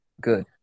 good